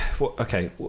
okay